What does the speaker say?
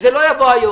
שזה לא יבוא היום.